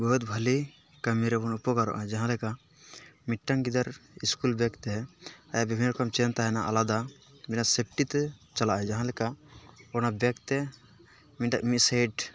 ᱵᱚᱦᱩᱛ ᱵᱷᱟᱹᱞᱤ ᱠᱟᱹᱢᱤ ᱨᱮᱵᱚᱢ ᱩᱯᱚᱠᱟᱨᱚᱜᱼᱟ ᱡᱟᱦᱟᱸᱞᱮᱠᱟ ᱢᱤᱫᱴᱟᱝ ᱜᱤᱫᱟᱹᱨ ᱥᱠᱩᱞ ᱵᱮᱜᱽ ᱛᱮ ᱟᱭᱟᱜ ᱵᱤᱵᱷᱤᱱᱱᱚ ᱨᱚᱠᱚᱢ ᱪᱮᱱ ᱛᱟᱦᱮᱱᱟ ᱟᱞᱟᱫᱟ ᱵᱤᱱᱟᱹ ᱥᱮᱯᱴᱤᱛᱮ ᱪᱟᱞᱟᱜ ᱟᱭ ᱡᱟᱦᱟᱸᱞᱮᱠᱟ ᱚᱱᱟ ᱵᱮᱜᱽ ᱛᱮ ᱢᱤᱫᱴᱟᱱ ᱢᱤᱫᱥᱟᱭᱤᱴ